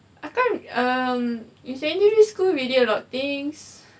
I can't um in secondary school we did a lot of things